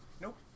Nope